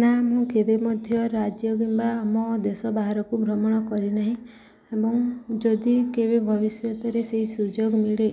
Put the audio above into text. ନା ମୁଁ କେବେ ମଧ୍ୟ ରାଜ୍ୟ କିମ୍ବା ଆମ ଦେଶ ବାହାରକୁ ଭ୍ରମଣ କରିନାହିଁ ଏବଂ ଯଦି କେବେ ଭବିଷ୍ୟତରେ ସେଇ ସୁଯୋଗ ମିଳେ